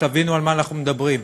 שתבינו על מה אנחנו מדברים,